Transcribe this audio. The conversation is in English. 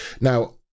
Now